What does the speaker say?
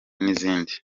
n’izindi